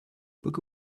book